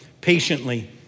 patiently